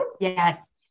Yes